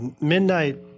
midnight